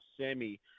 semi